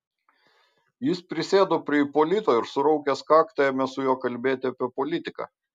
jis prisėdo prie ipolito ir suraukęs kaktą ėmė su juo kalbėti apie politiką